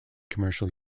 commercial